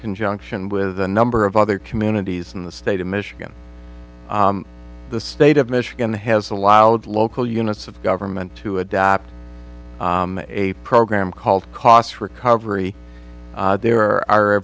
conjunction with a number of other communities in the state of michigan the state of michigan has allowed local units of government to adopt a program called cost recovery there are a